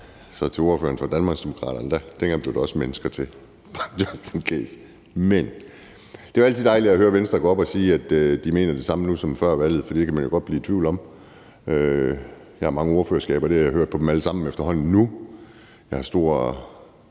til ordføreren for Danmarksdemokraterne: Dengang blev der også mennesker til. Men det er jo altid dejligt at høre Venstre gå op at sige, at de mener det samme nu som før valget, for det kan man jo godt blive i tvivl om. Jeg har mange ordførerskaber, og det har jeg efterhånden hørt fra dem alle sammen nu. Jeg har stor